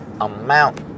amount